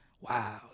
wow